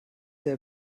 der